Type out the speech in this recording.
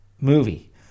movie